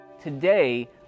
Today